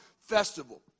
festival